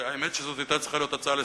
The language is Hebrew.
האמת היא שזו היתה צריכה להיות הצעה לסדר,